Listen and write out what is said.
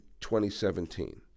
2017